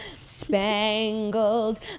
spangled